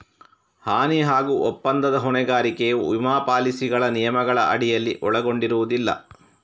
ಹಾನಿ ಹಾಗೂ ಒಪ್ಪಂದದ ಹೊಣೆಗಾರಿಕೆಯು ವಿಮಾ ಪಾಲಿಸಿಗಳ ನಿಯಮಗಳ ಅಡಿಯಲ್ಲಿ ಒಳಗೊಂಡಿರುವುದಿಲ್ಲ